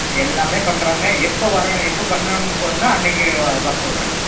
எல்லாமே பண்ணுறோங்க எப்போ வரோ எப்போ பண்ணணும்னு சொல்லுங்க அன்றைக்கி வர சொல்கிறேங்க